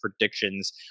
predictions